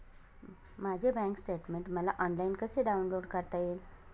माझे bank statement मला online कसे डाउनलोड करता येईल?